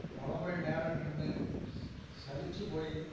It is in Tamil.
பல மணி நேரம் நின்று சலித்துப் போய்